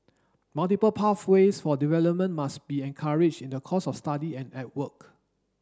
multiple pathways for development must be encouraged in the course of study and at work